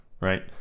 Right